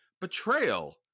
Betrayal